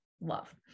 love